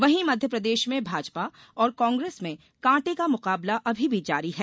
वहीं मध्यप्रदेश में भाजपा और कांग्रेस में कांटे का मुकाबला अभी भी जारी है